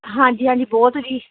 ਹਾਂਜੀ ਹਾਂਜੀ ਬਹੁਤ ਜੀ